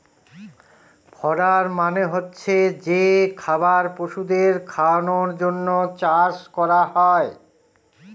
fodder মানে হচ্ছে যে খাবার পশুদের খাওয়ানোর জন্য চাষ করা হয়